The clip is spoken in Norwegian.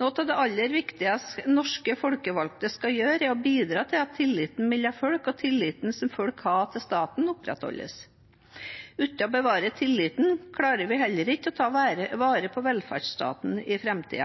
Noe av det aller viktigste norske folkevalgte skal gjøre, er å bidra til at tilliten mellom folk og tilliten som folk har til staten, opprettholdes. Uten å bevare tilliten klarer vi heller ikke å ta vare på velferdsstaten i